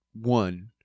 one